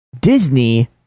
Disney